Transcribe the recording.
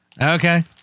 Okay